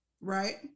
right